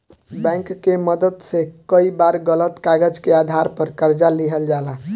bank के मदद से कई बार गलत कागज के आधार पर कर्जा लिहल जाला